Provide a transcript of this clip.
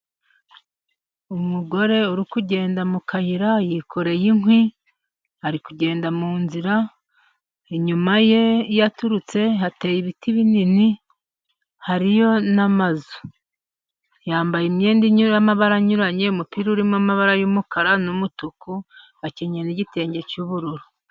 Umugore uri kugenda mu kayira yikoreye inkwi. Ari kugenda mu nzira, inyuma ye iyo aturutse hateye ibiti binini, hariyo n'amazu. Yambaye imyenda y'amabara anyuranye, umupira urimo amabara y'umukara, n'umutuku. Akenyeye n'igitenge cy'ubururu.